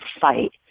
fight